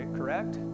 correct